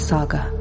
Saga